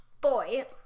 boy